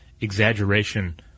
exaggeration